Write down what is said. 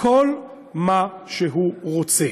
כל מה שהוא רוצה.